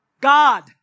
God